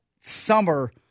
summer